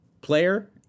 player—